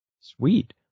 Sweet